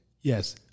Yes